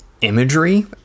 imagery